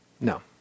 No